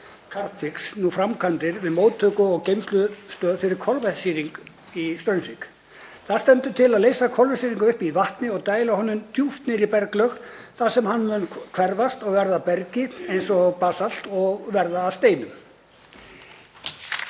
Carbfix, nú framkvæmdir við móttöku- og geymslustöð fyrir koltvísýring í Straumsvík. Þar stendur til að leysa koltvísýring upp í vatni og dæla honum djúpt niður í berglög þar sem hann mun hvarfast við berg, eins og basalt, og verða að steindum.